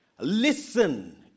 Listen